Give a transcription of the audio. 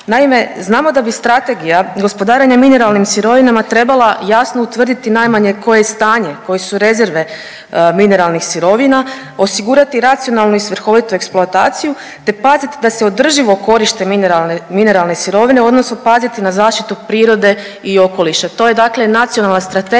Naime, znamo da bi Strategija gospodarenja mineralnim sirovinama trebala jasno utvrditi koje je stanje koje su rezerve mineralnih sirovina, osigurati racionalnu i svrhovitu eksploataciju te pazit da se održivo koriste mineralne sirovine odnosno paziti na zaštitu prirode i okoliša. To je dakle nacionalna strategija,